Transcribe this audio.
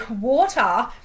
water